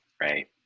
right